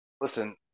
Listen